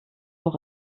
auch